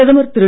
பிரதமர் திரு